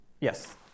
Yes